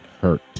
hurt